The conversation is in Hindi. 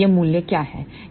ये मूल्य क्या हैं